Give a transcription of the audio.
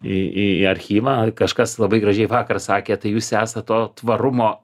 į į archyvą kažkas labai gražiai vakar sakė tai jūs esat to tvarumo